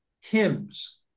hymns